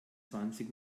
zwanzig